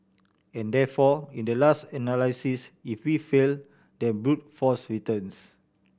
and therefore in the last analysis if we fail then brute force returns